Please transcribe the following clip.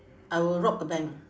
I will rob the bank